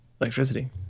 electricity